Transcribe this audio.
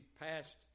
passed